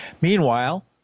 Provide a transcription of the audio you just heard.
Meanwhile